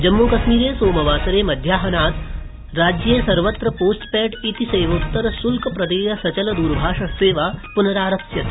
जम्मूकश्मीर सामवासरे मध्याहनात् राज्ये सर्वत्र पोस्टपैड इति सेवोत्तर शुल्क प्रदेय सचल द्रभाषसेवा प्नरारप्स्यते